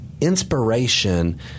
Inspiration